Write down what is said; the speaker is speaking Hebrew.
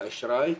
לאשראי.